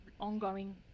ongoing